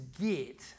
get